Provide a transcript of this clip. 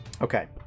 Okay